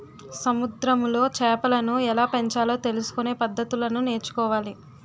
సముద్రములో చేపలను ఎలాపెంచాలో తెలుసుకొనే పద్దతులను నేర్చుకోవాలి